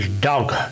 dog